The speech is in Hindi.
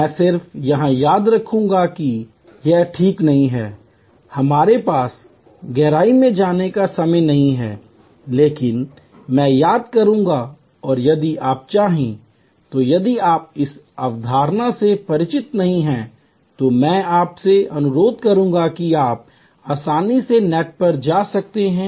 मैं सिर्फ यह याद रखूंगा कि यह ठीक नहीं है हमारे पास गहराई में जाने का समय नहीं है लेकिन मैं याद करूंगा और यदि आप चाहें तो यदि आप इस अवधारणाओं से परिचित नहीं हैं तो मैं आपसे अनुरोध करूंगा कि आप आसानी से नेट पर जा सकते हैं